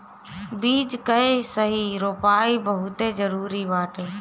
बीज कअ सही रोपाई बहुते जरुरी बाटे